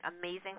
amazing